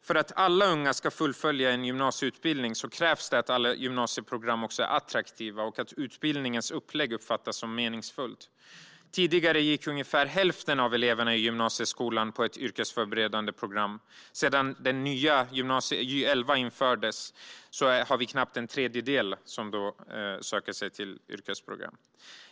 För att alla unga ska fullfölja en gymnasieutbildning krävs att alla gymnasieprogram är attraktiva och att utbildningens upplägg uppfattas som meningsfullt. Tidigare gick ungefär hälften av eleverna i gymnasieskolan på ett yrkesförberedande program. Sedan den nya gymnasieskolan Gy 11 infördes är det knappt en tredjedel som söker sig till ett yrkesprogram.